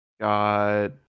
Got